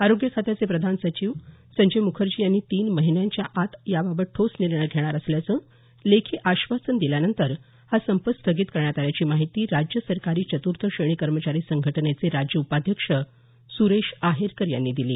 आरोग्य खात्याचे प्रधान सचिव संजय मुखर्जी यांनी तीन महिन्याच्या आत याबाबत ठोस निर्णय घेणार असल्याचं लेखी आश्वासन दिल्यानंतर हा संप स्थगित करण्यात आल्याची माहिती राज्य सरकारी चतुर्थ श्रेणी कर्मचारी संघटनेचे राज्य उपाध्यक्ष सुरेश आहेरकर यांनी दिली